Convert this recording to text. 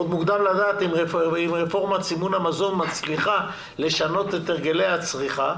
עוד מוקדם לדעת אם רפורמת סימון המזון מצליחה לשנות את הרגלי הצריכה,